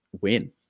win